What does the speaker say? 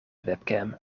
webcam